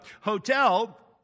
hotel